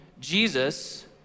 Jesus